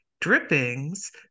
drippings